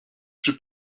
przy